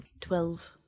Twelve